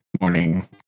morning